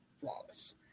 flawless